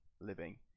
living